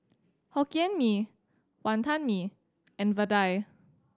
Hokkien Mee Wonton Mee and Vadai